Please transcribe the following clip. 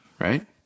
right